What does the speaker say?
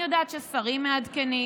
אני יודעת ששרים מעדכנים,